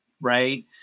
Right